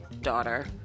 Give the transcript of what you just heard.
daughter